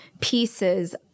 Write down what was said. pieces